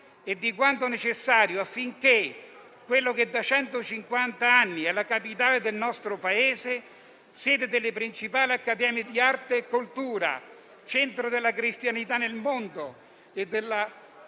e di quanto necessario affinché quella che da centocinquanta anni è la capitale del nostro Paese, sede delle principali accademie di arte e cultura, centro della cristianità del mondo e culla